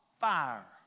Fire